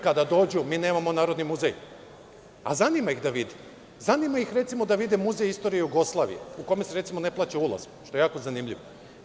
Kada dođu, mi nemamo narodni muzej, a zanima ih da vide, zanima ih, recimo, da vide Muzej istorije Jugoslavije, u kome se, recimo, ne plaća ulaz, što je jako zanimljivo.